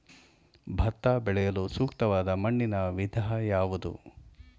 ಭತ್ತ ಬೆಳೆಯಲು ಸೂಕ್ತವಾದ ಮಣ್ಣಿನ ವಿಧ ಯಾವುದು?